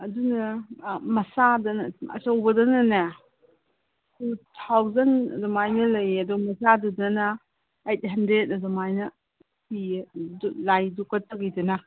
ꯑꯗꯨꯅ ꯃꯆꯥꯗꯅ ꯑꯆꯧꯕꯗꯅꯅꯦ ꯇꯨ ꯊꯥꯎꯖꯟ ꯑꯗꯨꯃꯥꯏꯅ ꯂꯩꯌꯦ ꯑꯗꯣ ꯃꯆꯥꯗꯨꯗꯅ ꯑꯩꯠ ꯍꯟꯗ꯭ꯔꯦꯗ ꯑꯗꯨꯃꯥꯏꯅ ꯄꯤꯌꯦ ꯂꯥꯏꯗꯨꯛ ꯀꯠꯄꯒꯤꯗꯨꯅ